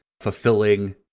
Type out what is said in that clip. fulfilling